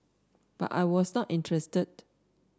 but I was not interested